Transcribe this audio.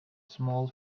small